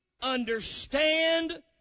understand